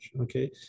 okay